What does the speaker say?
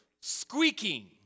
squeaking